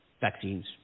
vaccines